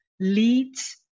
leads